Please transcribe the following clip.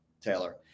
Taylor